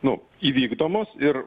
nu įvykdomos ir